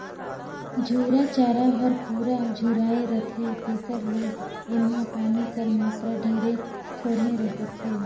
झूरा चारा हर पूरा झुराए रहथे तेकर ले एम्हां पानी कर मातरा ढेरे थोरहें होथे